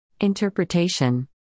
Interpretation